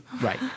Right